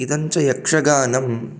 इदं च यक्षगानं